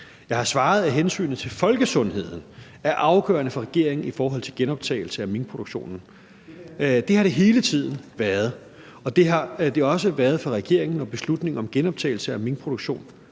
Jeg har svaret, at hensynet til folkesundheden er afgørende for regeringen i forhold til genoptagelse af minkproduktionen. Det har det hele tiden været, og det vil det også være for regeringen, når beslutningen om genoptagelse af minkproduktion